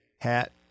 hat